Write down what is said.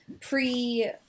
pre